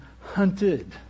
hunted